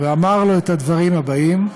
ואמר לו את הדברים האלה: